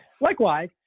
Likewise